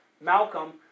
Malcolm